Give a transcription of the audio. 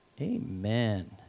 amen